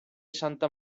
santa